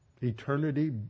Eternity